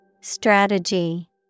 Strategy